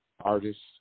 artists